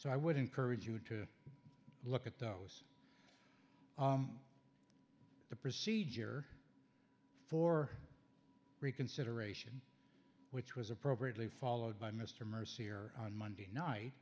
so i would encourage you to look at those the procedure for reconsideration which was appropriately followed by mr mercier on monday night